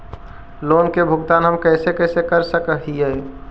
Loan के भुगतान हम कैसे कैसे कर सक हिय?